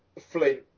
Flint